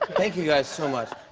thank you guys, so much.